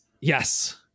yes